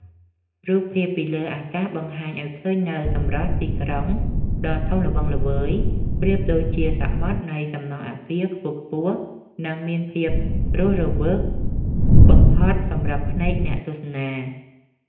រូបភាពពីលើអាកាសបង្ហាញឱ្យឃើញនូវសម្រស់ទីក្រុងដ៏ធំល្វឹងល្វើយប្រៀបដូចជាសមុទ្រនៃសំណង់អាគារខ្ពស់ៗ និង មានភាពរស់រវើកបំផុតសម្រាប់ភ្នែកអ្នកទស្សនា។